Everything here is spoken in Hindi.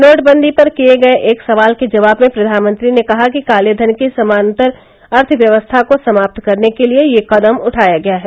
नोटबंदी पर किये गये एक सवाल के जवाब में प्रधानमंत्री ने कहा कि कालेधन की समान्तर अर्थव्यवस्था को समाप्त करने के लिए यह कदम उठाया गया है